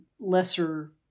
lesser